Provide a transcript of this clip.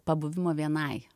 pabuvimo vienai